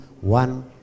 one